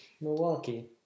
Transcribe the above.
Milwaukee